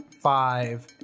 five